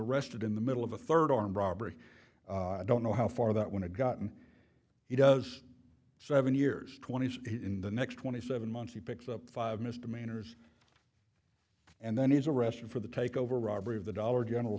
arrested in the middle of a third armed robbery i don't know how far that went to gotten he does seven years twenty in the next twenty seven months he picks up five misdemeanors and then is arrested for the takeover robbery of the dollar general